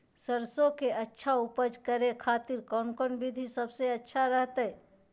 सरसों के अच्छा उपज करे खातिर कौन कौन विधि सबसे अच्छा रहतय?